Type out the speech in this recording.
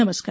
नमस्कार